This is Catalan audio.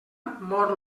mor